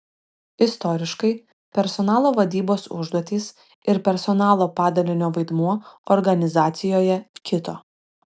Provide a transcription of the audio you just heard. istoriškai personalo vadybos užduotys ir personalo padalinio vaidmuo organizacijoje kito